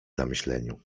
zamyśleniu